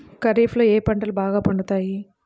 ఖరీఫ్లో ఏ పంటలు బాగా పండుతాయి?